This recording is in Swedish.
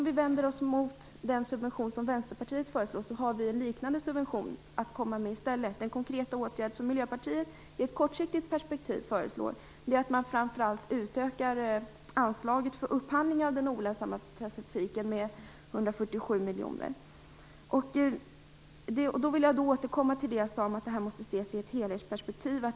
Vi vänder oss mot den subvention som Vänsterpartiet föreslår, men vi kommer själva med en liknande subvention. Den konkreta åtgärd som Miljöpartiet föreslår i ett kortsiktigt perspektiv är att man utökar anslaget för upphandling av den olönsamma trafiken med 147 miljoner. Jag vill återkomma till det jag sade om att frågan måste ses i ett helhetsperspektiv.